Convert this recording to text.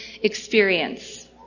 experience